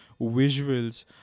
visuals